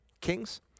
kings